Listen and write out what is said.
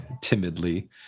timidly